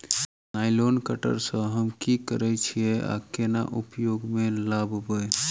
Nylon cutter सँ हम की करै छीयै आ केना उपयोग म लाबबै?